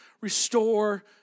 restore